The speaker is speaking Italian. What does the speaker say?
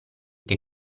che